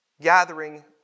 gathering